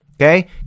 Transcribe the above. okay